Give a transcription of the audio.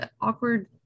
awkward